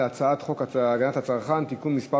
הצעת חוק הגנת הצרכן (תיקון מס'